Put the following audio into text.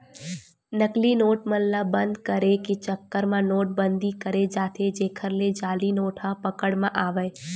नकली नोट मन ल बंद करे के चक्कर म नोट बंदी करें जाथे जेखर ले जाली नोट ह पकड़ म आवय